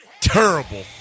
Terrible